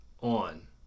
on